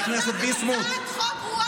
הצעתם הצעת חוק גרועה,